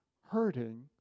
hurting